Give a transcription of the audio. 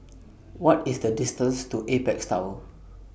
What IS The distance to Apex Tower